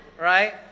right